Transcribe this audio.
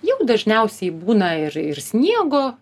jau dažniausiai būna ir ir sniego